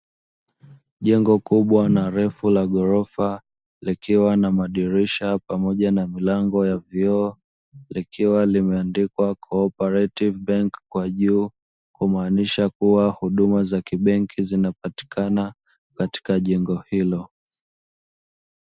Jengo kubwa na refu la ghorofa likiwa na madirisha pamoja na milango ya vioo, likiwa limeandikwa "cooperative benki" kwa juu, kumaanisha kuwa huduma za kibenki zinapatikana katika jengo hilo.